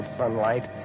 sunlight